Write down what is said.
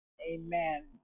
amen